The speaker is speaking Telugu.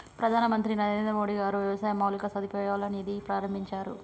ప్రధాన మంత్రి నరేంద్రమోడీ గారు వ్యవసాయ మౌలిక సదుపాయాల నిధి ప్రాభించారు